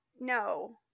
No